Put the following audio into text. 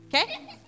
Okay